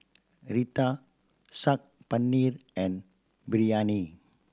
Raita Saag Paneer and Biryani